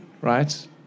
right